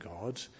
God